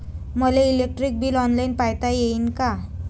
मले electric bill online पायता येईन का?